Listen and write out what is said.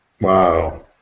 Wow